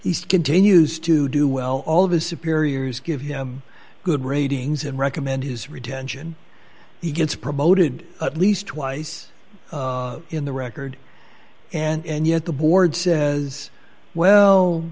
east continues to do well all of his superiors give him good ratings and recommend his retention he gets promoted at least twice in the record and yet the board says well